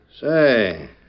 Say